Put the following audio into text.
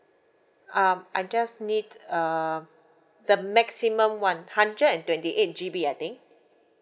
um I just need to um the maximum [one] hundred and twenty eight G_B I think